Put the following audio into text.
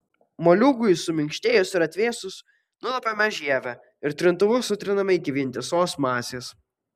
moliūgui suminkštėjus ir atvėsus nulupame žievę ir trintuvu sutriname iki vientisos masės